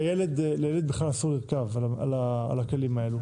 לילד בכלל אסור לרכוב על הכלים האלה,